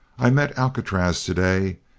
i met alcatraz to-day,